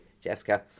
Jessica